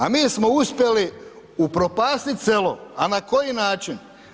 A mi smo uspjeli upropastit selo a na koji način?